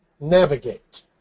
navigate